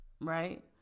right